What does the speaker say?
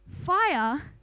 Fire